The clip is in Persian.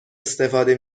استفاده